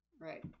Right